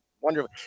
wonderful